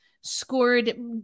scored